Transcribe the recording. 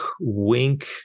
wink